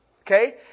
Okay